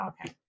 Okay